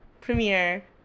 Premiere